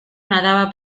nadaba